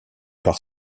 par